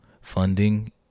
funding